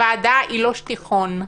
הוועדה היא לא שטיחון,